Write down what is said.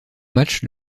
match